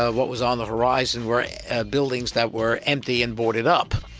ah what was on the horizon were buildings that were empty and boarded up.